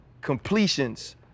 completions